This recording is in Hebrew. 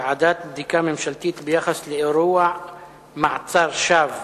ועדת בדיקה ממשלתית ביחס לאירוע מעצר שווא,